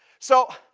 so,